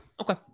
Okay